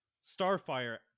Starfire